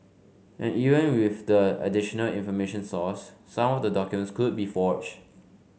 and even with the additional information sourced some of the documents could be forged